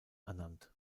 ernannt